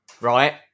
right